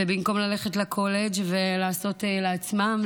ובמקום ללכת לקולג' ולעשות לעצמם,